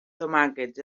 tomàquets